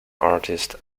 artists